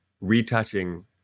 retouching